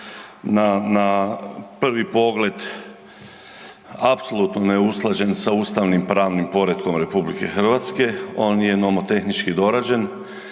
na prvi pogled apsolutno neusklađen sa ustavnopravnim poretkom RH. On je nomotehnički dorađen